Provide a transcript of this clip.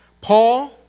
Paul